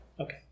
Okay